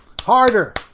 harder